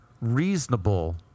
reasonable